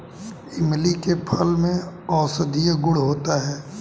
इमली के फल में औषधीय गुण होता है